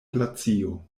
glacio